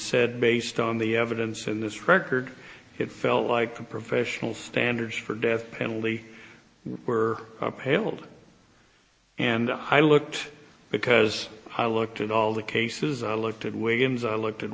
said based on the evidence in this record it felt like the professional standards for death penalty were upheld and i looked because i looked at all the cases i looked at williams i looked at